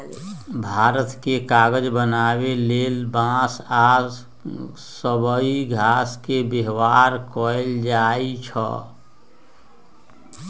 भारत मे कागज बनाबे लेल बांस आ सबइ घास के व्यवहार कएल जाइछइ